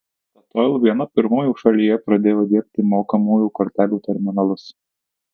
statoil viena pirmųjų šalyje pradėjo diegti mokamųjų kortelių terminalus